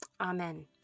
Amen